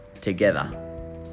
together